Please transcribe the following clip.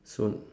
so